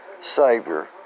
Savior